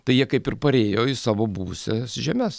tai jie kaip ir parėjo į savo buvusias žemes